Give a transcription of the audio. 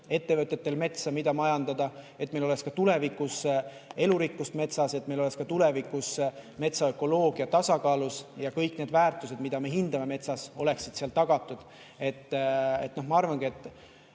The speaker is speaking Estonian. ettevõtetel metsa, mida majandada, et meil oleks ka tulevikus elurikkust metsas, et meil oleks ka tulevikus metsaökoloogia tasakaalus ja kõik need väärtused, mida me hindame metsas, oleksid seal tagatud. Mismoodi